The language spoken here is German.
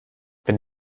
wenn